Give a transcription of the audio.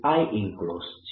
dl0Ienclosed છે